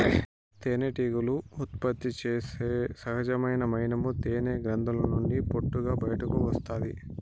తేనెటీగలు ఉత్పత్తి చేసే సహజమైన మైనము తేనె గ్రంధుల నుండి పొట్టుగా బయటకు వస్తాది